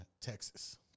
Texas